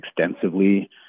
extensively